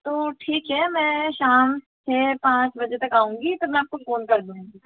तो ठीक है मैं शाम छः पाँच बजे तक आउँगी तब मैं आप को फोन कर दूँगी